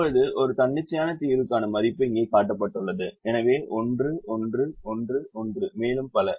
இப்போது ஒரு தன்னிச்சையான தீர்வுக்கான மதிப்பு இங்கே காட்டப்பட்டுள்ளது எனவே 1 1 1 1 மேலும் பல